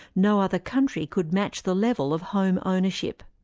no other country could match the level of home ownership.